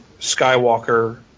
Skywalker